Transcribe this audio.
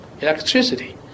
electricity